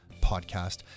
podcast